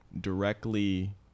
directly